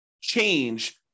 change